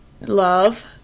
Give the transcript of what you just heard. Love